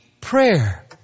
prayer